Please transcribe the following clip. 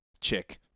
Chick